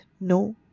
no